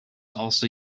also